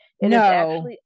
no